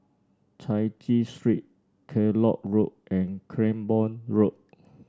Chai Chee Street Kellock Road and Cranborne Road